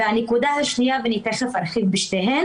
הנקודה השנייה, ואני תכף ארחיב בשתיהן